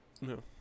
No